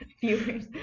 viewers